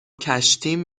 کشتیم